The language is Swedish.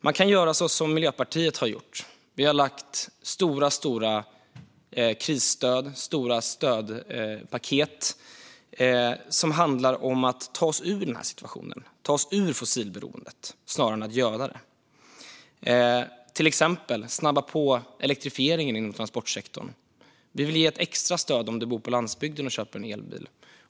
Man kan göra som Miljöpartiet har gjort: Vi har lagt fram stora krisstöd och stora stödpaket som handlar om att ta oss ur situationen med fossilberoendet snarare än att göda det. Det handlar till exempel om att snabba på elektrifieringen inom transportsektorn. Vi vill ge ett extra stöd till den som bor på landsbygden och köper en elbil.